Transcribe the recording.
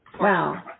Wow